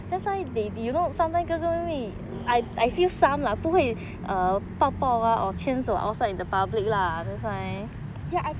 ya I